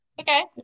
Okay